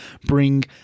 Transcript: bring